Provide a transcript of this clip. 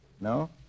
No